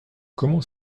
comment